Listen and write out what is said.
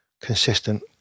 consistent